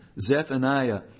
Zephaniah